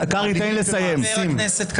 ואז אומר,